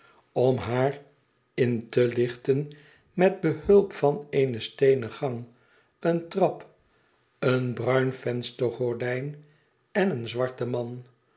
om haar in te lichten met behulp van eene steenen gang eene trap een bruin venstergordijn en een zwarten man